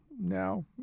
Now